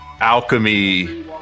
alchemy